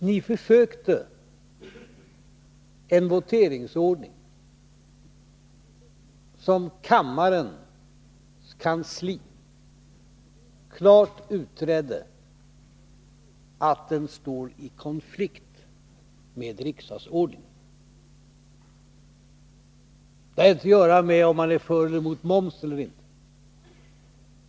Ni försökte åstadkomma en voteringsordning som kammarens kansli klart utredde står i konflikt med riksdagsordningen. Det har ingenting att göra med om man är för eller emot momsen.